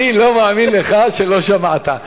אני לא מאמין לך שלא שמעת.